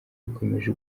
bikomeje